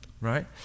right